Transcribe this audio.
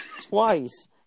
twice